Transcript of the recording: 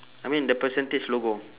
I mean the percentage logo